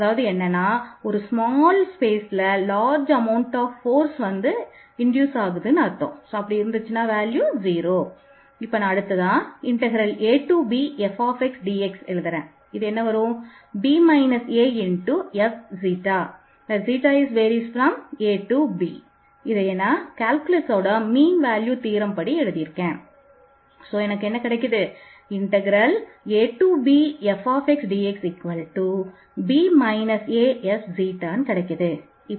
அதை நினைவு கூறுங்கள்